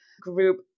group